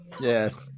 Yes